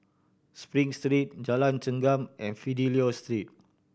Spring Street Jalan Chengam and Fidelio Street